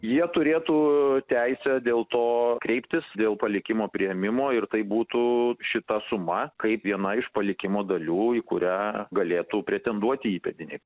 jie turėtų teisę dėl to kreiptis dėl palikimo priėmimo ir tai būtų šita suma kaip viena iš palikimo dalių į kurią galėtų pretenduoti įpėdiniai